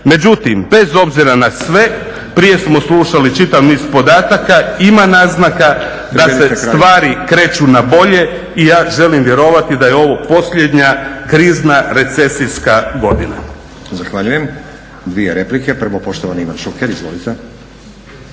Međutim, bez obzira na sve, prije smo slušali čitav niz podataka, ima naznaka da se stvari kreću na bolje i ja želim vjerovati da je ovo posljednja krizna recesijska godina.